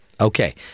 okay